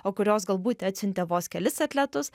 o kurios galbūt atsiuntė vos kelis atletus